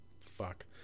fuck